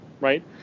Right